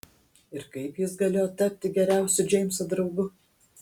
ir kaip jis galėjo tapti geriausiu džeimso draugu